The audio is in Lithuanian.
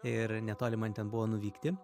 ir netoli man ten buvo nuvykti